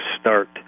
start